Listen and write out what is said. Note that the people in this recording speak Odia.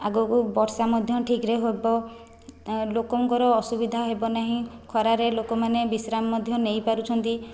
ଆଗକୁ ବର୍ଷା ମଧ୍ୟ ଠିକ୍ ରେ ହେବ ଲୋକଙ୍କର ଅସୁବିଧା ହେବ ନାହିଁ ଖରାରେ ଲୋକମାନେ ବିଶ୍ରାମ ମଧ୍ୟ ନେଇପାରୁଛନ୍ତି